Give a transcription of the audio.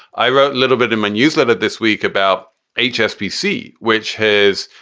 i wrote a little bit in my newsletter this week about hsbc, which has,